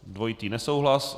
Dvojitý nesouhlas.